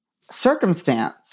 Circumstance